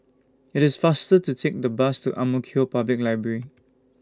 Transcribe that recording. IT IS faster to Take The Bus to Ang Mo Kio Public Library